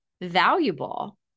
valuable